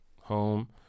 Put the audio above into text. home